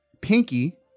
Pinky